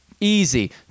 Easy